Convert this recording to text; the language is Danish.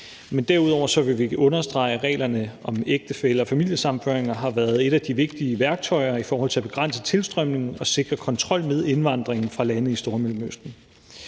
Derudover vil vi understrege, at reglerne om ægtefælle- og familiesammenføring har været et af de vigtige værktøjer i forhold til at begrænse tilstrømningen og sikre kontrol med indvandringen fra lande i Stormellemøsten.